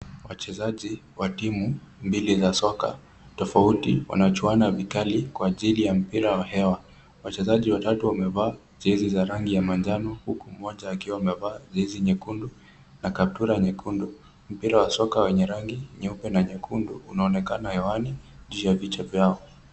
Wachezaji wa timu mbili za soka tofauti wanachuana vikali kwa ajili ya mpira wa hewa. Wachezaji watatu wamevaa jezi za rangi ya manjano huku mmoja akiwa amevaa jezi nyekundu na kaptura nyekundu. Mpira wa soka wenye rangi nyeupe na nyekundu unaonekana hewani juu ya vichwa vyao.